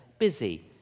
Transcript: busy